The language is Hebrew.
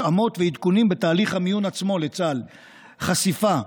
התאמות ועדכונים בתהליך המיון עצמו לצה"ל: חשיפה,